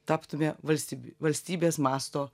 taptumėme valstybe valstybės masto